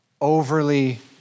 overly